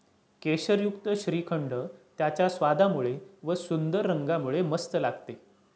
केशरयुक्त श्रीखंड त्याच्या स्वादामुळे व व सुंदर रंगामुळे मस्त लागते